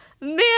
man